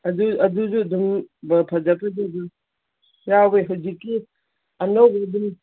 ꯑꯗꯨꯁꯨ ꯑꯗꯨꯝ ꯐꯖ ꯐꯖꯕ ꯌꯥꯎꯋꯦ ꯍꯨꯖꯤꯛꯀꯤ ꯑꯅꯧꯕ ꯑꯗꯨꯝ